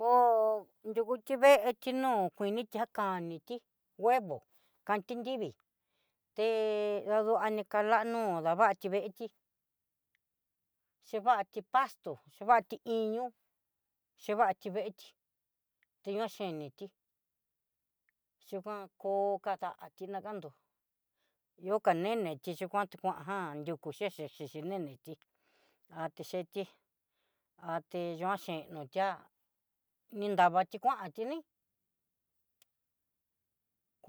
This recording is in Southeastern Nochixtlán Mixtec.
Koo nrukuti veetí nó kuini tí kuaniti huevo, kandí nrivi té danó anikalanuó daviti veetí, xhivatí pastó xhivatí iño, xhivati veetí teñoa xheniti xhinguan kó kadatí nagandó ihó kanené xhi tikuian tikuan jan yukú xhexe xhixi nenetí, atichetí até noaxhi no ihá ni nrvati kuanti ni'í.